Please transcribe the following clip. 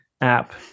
app